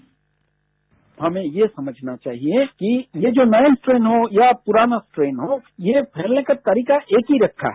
bite हमें यह समझना चाहिए कि ये जो नये स्ट्रेन हो या पुराना स्ट्रेन हो ये फैलने के तारीका एक ही रखा है